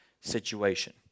situation